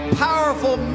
powerful